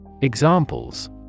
Examples